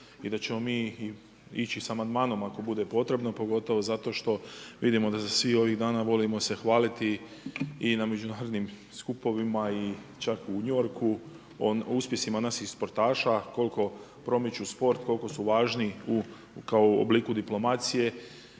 i da ćemo mi i ići sa amandmanom ako bude potrebno, pogotovo zato što vidimo da se svi ovih dana volimo se hvaliti i na međunarodnim skupovima i čak u New Yorku o uspjesima naših sportaša koliko promiču sport, koliko su važni kao u obliku diplomacije.